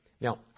Now